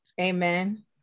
amen